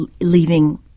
leaving